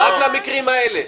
רק למקרים האלה.